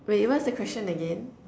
wait what's the question again